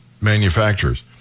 manufacturers